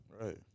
Right